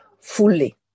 fully